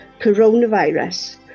coronavirus